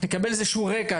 לקבל איזשהו רקע,